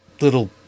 little